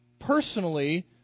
personally